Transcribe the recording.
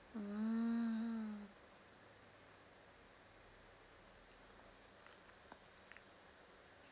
ah